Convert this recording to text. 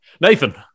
Nathan